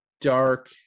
dark